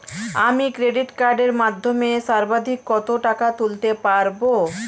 আমি ক্রেডিট কার্ডের মাধ্যমে সর্বাধিক কত টাকা তুলতে পারব?